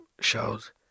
shows